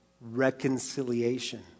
reconciliation